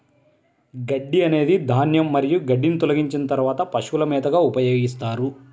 గడ్డి అనేది ధాన్యం మరియు గడ్డిని తొలగించిన తర్వాత పశువుల మేతగా ఉపయోగిస్తారు